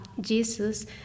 Jesus